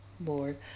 Lord